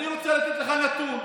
אני רוצה לתת לך נתון: